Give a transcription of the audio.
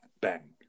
Bang